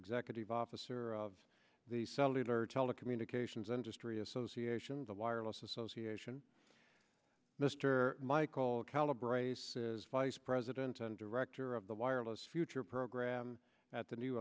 executive officer of the cellular telecommunications industry association of the wireless association mr michael calibra vice president and director of the wireless future program at the new